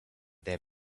their